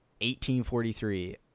1843